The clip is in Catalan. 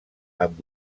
amb